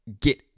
get